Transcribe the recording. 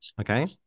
okay